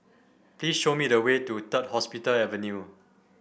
please show me the way to Third Hospital Avenue